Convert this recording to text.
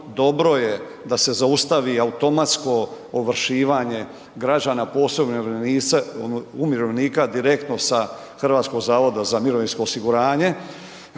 Dobro je da se zaustavi automatsko ovršivanje građana, posebno umirovljenika direktno sa HZMO-a, ali s druge strane